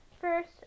first